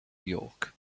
york